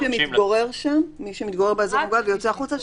מי שמתגורר שם באזור המוגבל ויוצא החוצה,